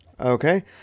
Okay